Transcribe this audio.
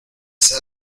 sea